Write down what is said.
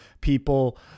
people